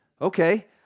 okay